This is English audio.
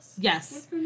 Yes